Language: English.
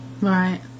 Right